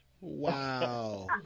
Wow